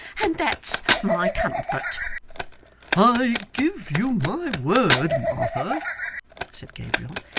and that's my comfort i give you my word, martha said gabriel.